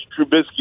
Trubisky